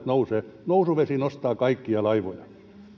nousevat nousuvesi nostaa kaikkia laivoja arvoisa